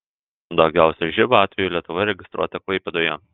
daugiausiai živ atvejų lietuvoje registruota klaipėdoje